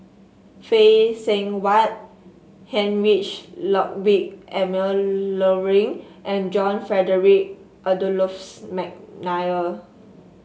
Phay Seng Whatt Heinrich Ludwig Emil Luering and John Frederick Adolphus McNair